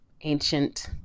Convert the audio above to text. ancient